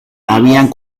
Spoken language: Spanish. habían